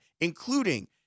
including